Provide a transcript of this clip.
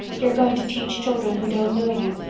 you're going to teach children who don't know you,